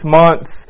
months